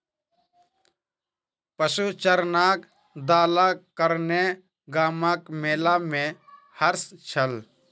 पशुचारणक दलक कारणेँ गामक मेला में हर्ष छल